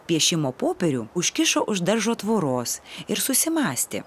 piešimo popierių užkišo už daržo tvoros ir susimąstė